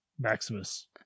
Maximus